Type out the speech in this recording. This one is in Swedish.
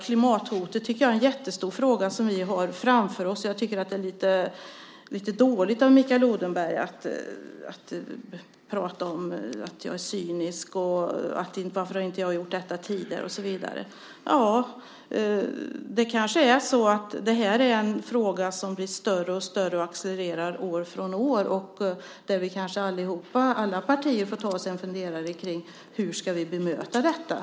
Klimathotet är en jättestor fråga som vi har framför oss. Jag tycker att det är lite dåligt av Mikael Odenberg att säga att jag är cynisk och fråga varför jag inte har gjort något tidigare och så vidare. Det kanske är så att denna fråga blir större och större och att angelägenhetsgraden accelererar för varje år. Alla partier får nog ta sig en funderare på hur vi ska bemöta detta.